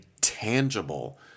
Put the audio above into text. tangible